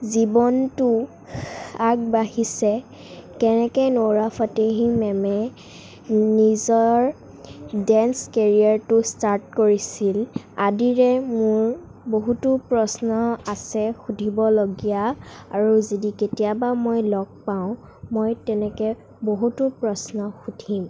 জীৱনটো আগবাঢ়িছে কেনেকৈ নোৰা ফাটেহী মেমে নিজৰ ডেন্স কেৰিয়াৰটো ষ্টাৰ্ট কৰিছিল আদিৰে মোৰ বহুতো প্ৰশ্ন আছে সুধিবলগীয়া আৰু যদি কেতিয়াবা মই লগ পাওঁ মই তেনেকৈ বহুতো প্ৰশ্ন সুধিম